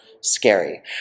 scary